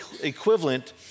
equivalent